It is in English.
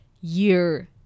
year